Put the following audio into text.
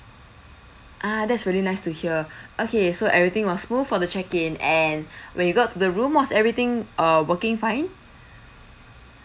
ah that's really nice to hear okay so everything was smooth for the check in and when you got to the room was everything uh working fine